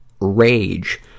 rage